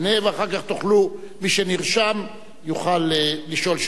ואחר תוכלו מי שנרשם יוכל לשאול שאלות נוספות.